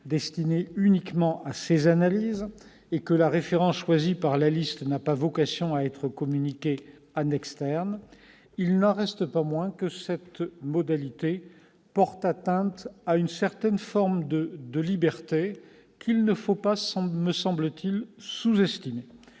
destinée uniquement à ses analyses, et que le rattachement choisi par la liste n'a pas vocation à être communiqué à l'extérieur. Il n'en demeure pas moins que cette modalité porte atteinte à une certaine forme de liberté, qu'il ne faut pas, me semble-t-il, sous-estimer.